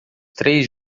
três